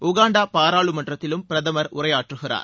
Uganda பாராளுமன்றத்திலும் பிரதமர் உரையாற்றுகிறார்